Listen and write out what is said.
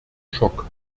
schock